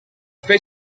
fait